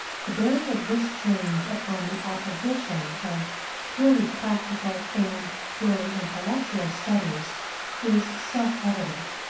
the bearing of this change upon the opposition of purely practical and purely intellectual studies is self-evident.